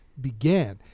began